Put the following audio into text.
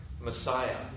Messiah